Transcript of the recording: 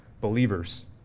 believers